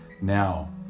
now